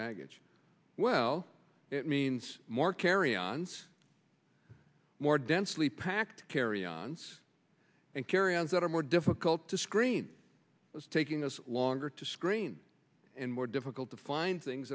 baggage well it means more carry ons more densely packed carry ons and carry ons that are more difficult to screen that's taking us longer to screen and more difficult to find things